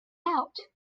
out